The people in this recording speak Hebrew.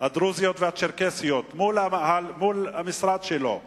הדרוזיות והצ'רקסיות יושבים במאהל מול המשרד שלו ושובתים,